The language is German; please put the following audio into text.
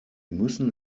müssen